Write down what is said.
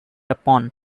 upon